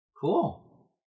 Cool